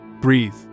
Breathe